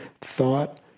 thought